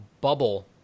bubble